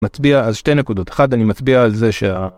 מצביע אז שתי נקודות, אחת אני מצביע על זה שה...